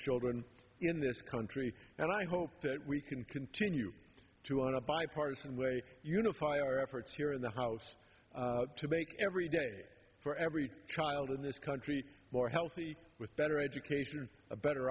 children in this country and i hope that we can continue to on a bipartisan way unify our efforts here in the house to make every day for every child in this country more healthy with better education and a better